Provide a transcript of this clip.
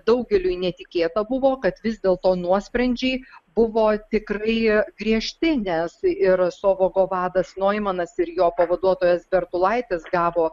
daugeliui netikėta buvo kad vis dėlto nuosprendžiai buvo tikrai griežti nes ir sovoko vadas noimanas ir jo pavaduotojas bertulaitis gavo